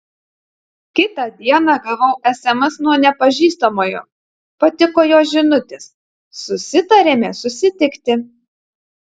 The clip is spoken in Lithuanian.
kitą dieną gavau sms nuo nepažįstamojo patiko jo žinutės susitarėme susitikti